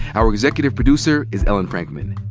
our executive producer is ellen frankman.